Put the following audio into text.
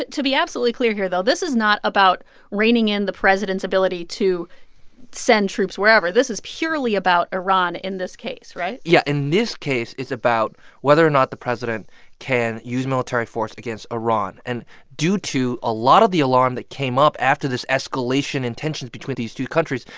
to be absolutely clear here, though, this is not about reining in the president's ability to send troops wherever. this is purely about iran in this case, right? yeah. in this case, it's about whether or not the president can use military force against iran and due to a lot of the alarm that came up after this escalation in tensions between these two countries,